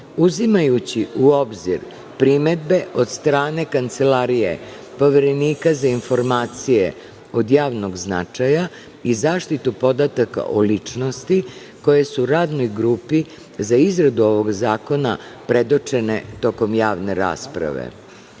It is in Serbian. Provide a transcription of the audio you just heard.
uzimajući u obzir primedbe od strane Kancelarije Poverenika za informacije od javnog značaja i zaštitu podataka o ličnosti, koje su radnoj grupi za izradu ovog zakona predočene tokom javne rasprave.S